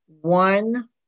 one